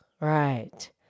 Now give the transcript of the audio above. Right